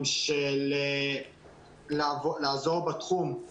לכבד את